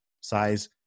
size